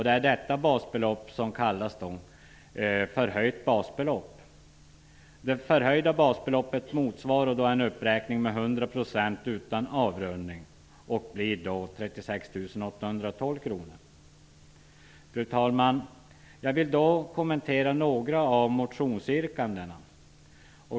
Det är detta basbelopp som kallas Fru talman! Jag vill kommentera några av motionsyrkandena.